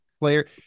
player